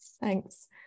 Thanks